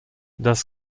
das